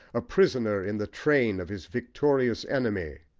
a prisoner in the train of his victorious enemy.